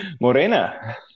Morena